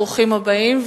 ברוכים הבאים,